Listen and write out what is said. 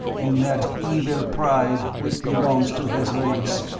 in that evil pride which belongs to his race,